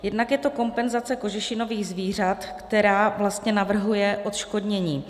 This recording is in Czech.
Jednak je to kompenzace kožešinových zvířat, která vlastně navrhuje odškodnění.